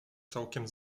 całkiem